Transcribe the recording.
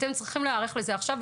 אתם צריכים להיערך לזה עכשיו,